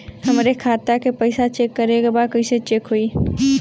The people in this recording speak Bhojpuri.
हमरे खाता के पैसा चेक करें बा कैसे चेक होई?